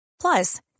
Plus